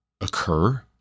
occur